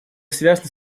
связаны